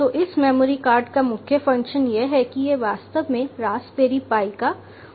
तो इस memory card का मुख्य फंक्शन यह है कि यह वास्तव में रास्पबेरी पाई का OS रखता है